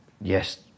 yes